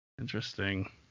Interesting